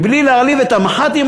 מבלי להעליב את המח"טים,